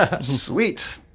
Sweet